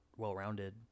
well-rounded